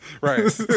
Right